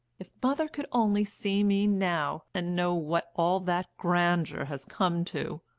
if mother could only see me now, and know what all that grandeur has come to!